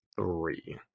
three